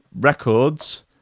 records